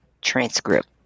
transcript